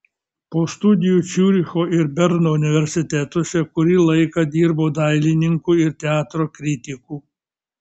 po studijų ciuricho ir berno universitetuose kurį laiką dirbo dailininku ir teatro kritiku